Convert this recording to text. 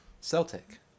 Celtic